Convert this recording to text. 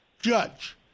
Judge